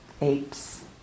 apes